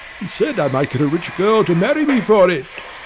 he said i might get a rich girl to marry me for it!